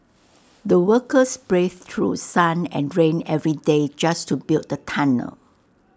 the workers braved through sun and rain every day just to build the tunnel